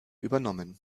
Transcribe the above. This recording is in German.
übernommen